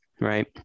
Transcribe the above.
right